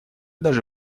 даже